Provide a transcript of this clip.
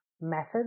methods